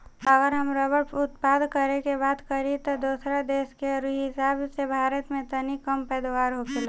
अगर हम रबड़ उत्पादन करे के बात करी त दोसरा देश के हिसाब से भारत में तनी कम पैदा होखेला